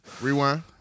Rewind